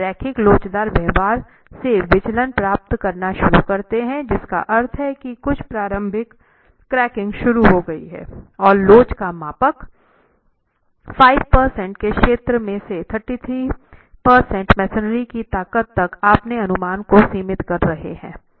आप रैखिक लोचदार व्यवहार से विचलन प्राप्त करना शुरू करते हैं जिसका अर्थ है कुछ प्रारंभिक क्रैकिंग शुरू हो गई है और लोच का मापांक पांच प्रतिशत के क्षेत्र में से 33 प्रतिशत मेसनरी की ताकत तक अपने अनुमान को सीमित कर रहे थे